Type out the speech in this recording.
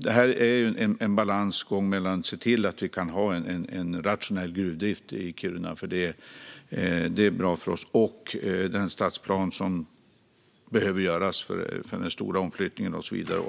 det här är en balansgång mellan att se till att vi kan ha en rationell gruvdrift i Kiruna - för det är bra för oss - och den stadsplan som behöver göras för den stora omflyttningen och så vidare.